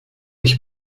ich